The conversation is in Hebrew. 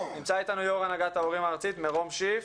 נמצא אתנו יו"ר הנהגת ההורים הארצית, מירום שיף.